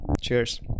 Cheers